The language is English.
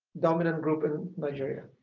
dominant group in nigeria.